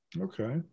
Okay